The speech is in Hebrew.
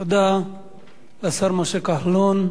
תודה לשר משה כחלון.